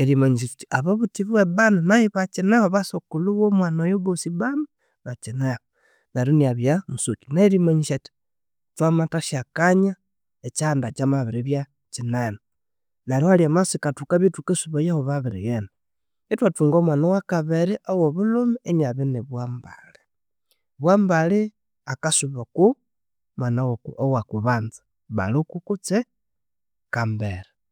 erimanyisya kyithi ababuthi biwe bani nayu bakyinehu nayu abasukulhu womwana oyu abosi bani bakyinehu neryu inabya musokyi nerimanyisathi thwamathasya kanya ekyihanda kyamabiribya kyinene. Neryu ahali masika thukabya thukasubayahu ababirighenda. Ithwathunga omwana owakabiri owobulhume inabya ni Bwambale. Bwambale akasuba ku mwana woku owokubanza Baluku kutse kambere